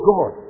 God